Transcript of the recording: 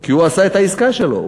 כי הוא עשה את העסקה שלו,